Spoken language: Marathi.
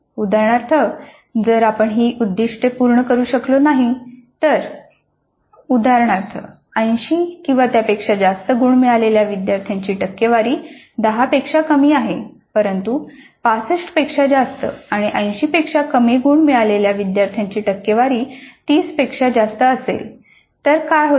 उदाहरणार्थ जर आपण ही उद्दिष्टे पूर्ण करू शकलो नाही तर उदाहरणार्थ 80 किंवा त्यापेक्षा जास्त गुण मिळालेल्या विद्यार्थ्यांची टक्केवारी 10 पेक्षा कमी आहे परंतु 65 पेक्षा जास्त आणि 80 पेक्षा कमी गुण मिळालेल्या विद्यार्थ्यांची टक्केवारी 30 पेक्षा जास्त असेल तर काय होते